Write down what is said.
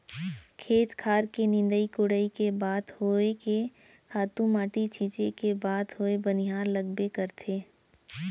खेत खार के निंदई कोड़ई के बात होय के खातू माटी छींचे के बात होवय बनिहार लगबे करथे